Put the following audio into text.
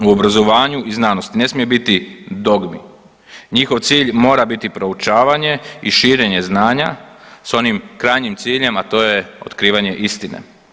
U obrazovanju i znanosti ne smije biti dogmi, njihov cilj mora biti proučavanje i širenje znanja s onim krajnjim ciljem, a to je otkrivanje istine.